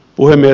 puhemies